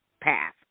path